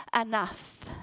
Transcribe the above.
enough